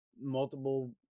multiple